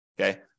Okay